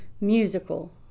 musical